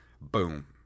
boom